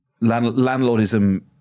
Landlordism